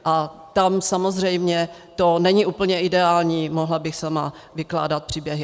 A tam samozřejmě to není úplně ideální, mohla bych sama vykládat příběhy.